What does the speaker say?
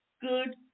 good